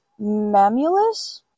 Mamulus